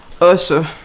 Usher